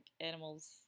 animals